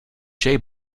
jay